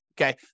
okay